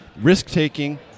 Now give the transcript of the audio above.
risk-taking